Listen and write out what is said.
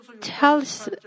tells